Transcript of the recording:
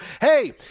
hey